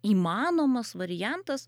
įmanomas variantas